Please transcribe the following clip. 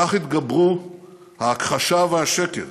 כך התגברו ההכחשה והשקר